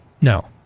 No